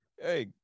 Hey